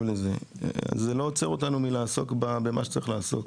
זה לא עוצר אותנו מלעסוק במה שצריך לעסוק.